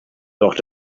doch